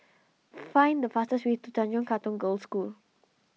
find the fastest way to Tanjong Katong Girls' School